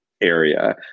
area